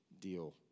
deal